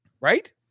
Right